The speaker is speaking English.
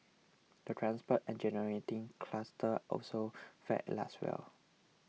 the transport engineering cluster also fared less well